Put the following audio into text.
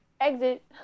exit